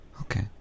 Okay